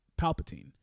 Palpatine